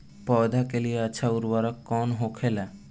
पौधा के लिए अच्छा उर्वरक कउन होखेला?